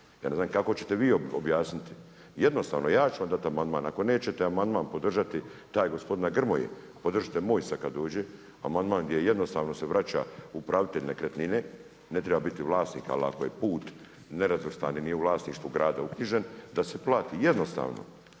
Ja ne znam kako ćete vi objasniti. Jednostavno ja ću vam dati amandman. Ako nećete amandman podržati taj gospodina Grmoje, podržite moj sad kad dođe, amandman gdje jednostavno se vraća upravitelj nekretnine. Ne treba biti vlasnik, ali ako je put nerazvrstani nije u vlasništvu grada uknjižen da se plati. Jednostavno!